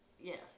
Yes